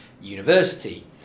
university